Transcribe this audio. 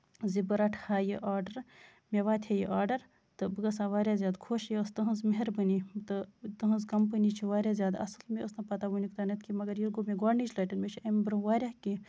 زِ بہٕ رَٹہٕ ہا یہِ آرڈر مےٚ واتہِ ہے یہِ آرڈر تہٕ بہٕ گژھٕ ہا واریاہ زیادٕ خۄش یہِ ٲسۍ تُہُنز مہربٲنی تہٕ تُہنز کَمپٔنی چھِ واریاہ زیادٕ اَصٕل مےٚ ٲس نہٕ پَتہ ؤنیُک تامَتھ کہِ مَگر ییٚلہِ گوٚو مےٚ گوڈٕنِچہِ لَٹہِ مےٚ چھُ اَمہِ برونہہ واریاہ کیٚنہہ